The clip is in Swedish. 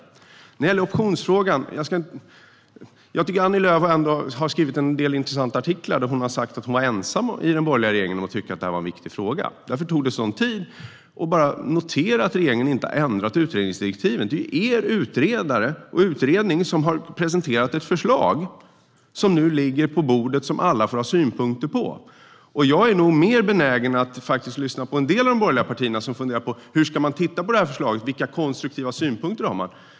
När det gäller optionsfrågan tycker jag att Annie Lööf har skrivit en del intressanta artiklar där hon har sagt att hon var ensam i den borgerliga regeringen om att tycka att detta var en viktig fråga, och därför tog det sådan tid, och så noteras det bara att regeringen inte har ändrat utredningsdirektiven. Det är ju er utredare och utredning som har presenterat ett förslag som nu ligger på bordet och som alla får ha synpunkter på. Jag är nog mer benägen att faktiskt lyssna på en del av de borgerliga partierna som funderar på hur man ska titta på det här förslaget och se vilka konstruktiva synpunkter man har.